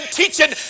teaching